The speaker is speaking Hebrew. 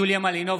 יוליה מלינובסקי,